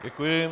Děkuji.